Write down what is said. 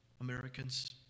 Americans